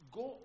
go